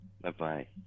Bye-bye